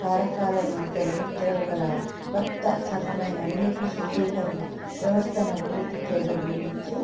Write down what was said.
కారకాలను తొలిగించ గల కొత్త రకమైన నీటి శుద్ధీకరణ వ్యవస్థను అభివృద్ధి చేయడం గురించి